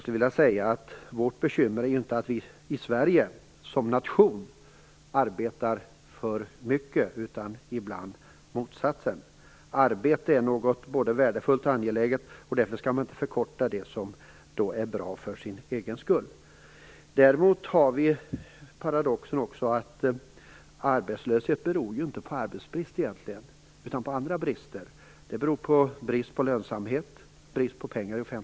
Samtliga kommittéer och utredningar under regeringens ansvar har till uppgift att ställa frågorna i ett jämställdhetsperspektiv. Helt klart är det så att ett ökat krav på flexibilitet på arbetsmarknaden och ökade krav på korttidsanställningar berör kvinnor och män olika mycket. Detta är ingenting som man skall blunda för, utan något som kommittéerna måste ta till sig.